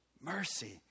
Mercy